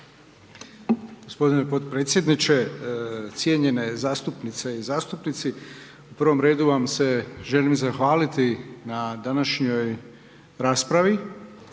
Gospodine podpredsjedniče, cijenjene zastupnice i zastupnici u prvom redu vam se želim zahvaliti na današnjoj raspravi